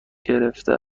گرفته